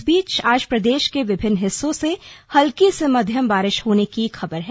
इस बीच आज प्रदेश के विभिन्न हिस्सों से हल्की से मध्यम बारिश होने की खबर है